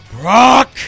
Brock